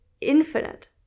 infinite